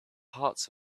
hearts